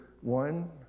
one